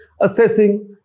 assessing